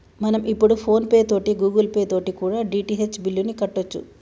మనం ఇప్పుడు PhonePe తోటి గూగుల్ పే తోటి కూడా డి.టి.హెచ్ బిల్లుని కట్టొచ్చు